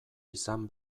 izan